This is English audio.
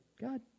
God